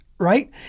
Right